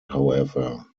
however